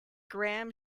graham